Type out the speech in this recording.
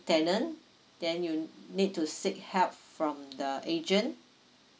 tenant then you need to seek help from the agent